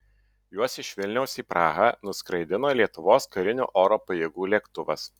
juos iš vilniaus į prahą nuskraidino lietuvos karinių oro pajėgų lėktuvas